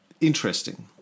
interesting